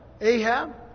Ahab